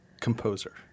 composer